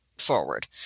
forward